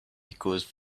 because